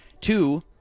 Two